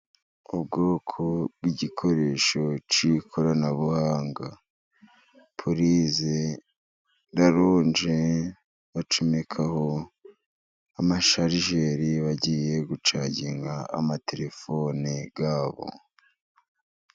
Ubwoko bw'igikoresho cy'ikoranabuhanga pulize, raronje bacomekaho amasharijeri bagiye gucaginga amatelefone yabo.